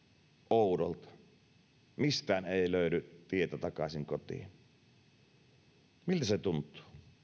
oudolta mistään ei löydy tietä takaisin kotiin miltä se tuntuu